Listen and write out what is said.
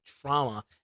trauma